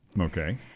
Okay